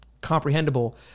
comprehensible